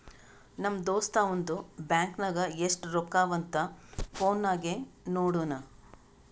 ನಮ್ ದೋಸ್ತ ಅವಂದು ಬ್ಯಾಂಕ್ ನಾಗ್ ಎಸ್ಟ್ ರೊಕ್ಕಾ ಅವಾ ಅಂತ್ ಫೋನ್ ನಾಗೆ ನೋಡುನ್